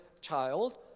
child